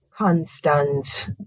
constant